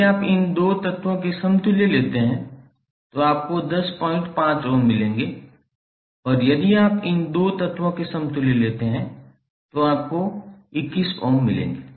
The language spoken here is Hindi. यदि आप इन 2 तत्वों के समतुल्य लेते हैं तो आपको 105 ओम मिलेंगे और यदि आप इन 2 तत्वों के समतुल्य लेते हैं तो आपको 21 ओम मिलेंगे